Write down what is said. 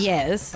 Yes